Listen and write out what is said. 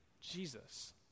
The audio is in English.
Jesus